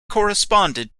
corresponded